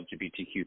LGBTQ